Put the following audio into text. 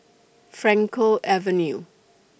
Frankel Avenue